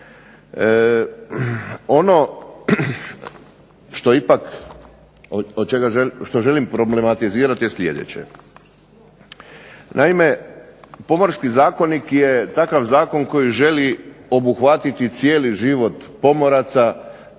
Ono što ipak želim problematizirati je sljedeće. Naime, Pomorski zakonik je takav zakon koji želi obuhvatiti cijeli život pomoraca